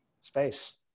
space